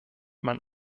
man